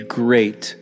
great